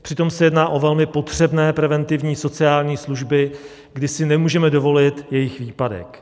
Přitom se jedná o velmi potřebné preventivní sociální služby, kdy si nemůžeme dovolit jejich výpadek.